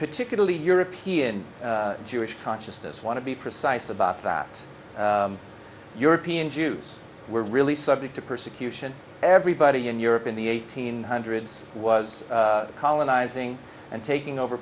particularly european jewish consciousness want to be precise about that european jews were really subject to persecution everybody in europe in the eighteen hundreds was colonizing and taking over